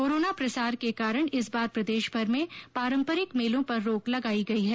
corona प्रसार के कारण इस बार प्रदेशभर में पारंपरिक मेलों पर रोक लगाई गई है